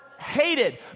hated